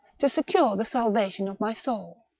to secure the salvation of my soul.